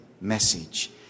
message